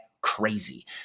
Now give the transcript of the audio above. crazy